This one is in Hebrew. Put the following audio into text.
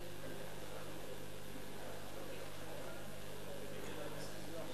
חוק